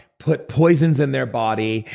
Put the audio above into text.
put poising in their body,